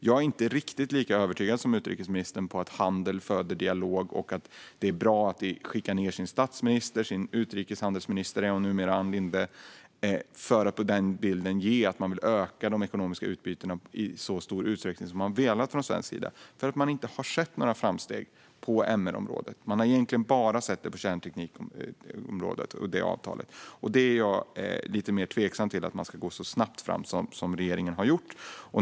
Jag är inte riktigt lika övertygad som utrikesministern om att handel föder dialog och att det är bra att skicka dit sin statsminister och sin utrikeshandelsminister, som Ann Linde numera är, för att ge bilden av att man vill öka de ekonomiska utbytena i så stor utsträckning som man har velat från svensk sida för att man inte har sett några framsteg på MR-området. Man har egentligen bara sett det på kärnteknikområdet och det avtalet. Jag är lite tveksam till om man ska gå så snabbt fram som regeringen har gjort.